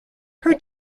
her